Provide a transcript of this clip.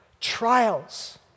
trials